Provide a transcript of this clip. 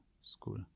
school